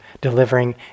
delivering